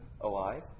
alive